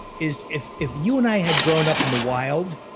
is if if you and i had grown up in the wild,